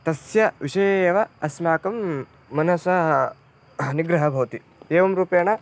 तस्य विषये एव अस्माकं मनसः निग्रहः भवति एवं रूपेण